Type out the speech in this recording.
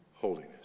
Holiness